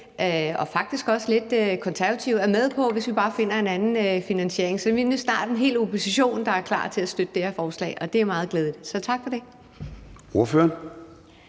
og faktisk også lidt Konservative er med på det, hvis vi bare finder en anden finansiering. Så vi ser nu snart en hel opposition, der er klar til at støtte det her forslag, og det er meget glædeligt, så tak for det.